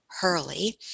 Hurley